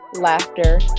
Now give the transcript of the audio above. laughter